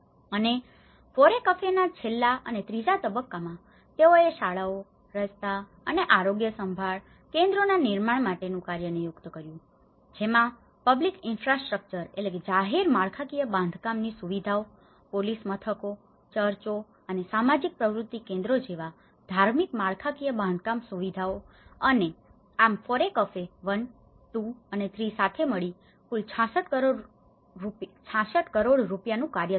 અને ફોરેકફેના છેલ્લા અને ત્રીજા તબક્કામાં તેઓએ શાળાઓ રસ્તાઓ અને આરોગ્ય સંભાળ કેન્દ્રોના નિર્માણ માટેનું કાર્ય નિયુક્ત કર્યું જેમાં પબ્લિક ઇનફ્રાસ્ટ્રક્ચર public infrastructure જાહેર માળખાકીય બાંધકામ સુવિધાઓ પોલીસ મથકો ચર્ચો અને સામાજિક પ્રવૃત્તિ કેન્દ્રો જેવા ધાર્મિક માળખાકીય બાંધકામ સુવિધાઓ અને આમ ફોરેકફે 1 2 અને 3 સાથે મળીને કુલ 66 કરોડ રૂપિયાનું કાર્ય થયું હતું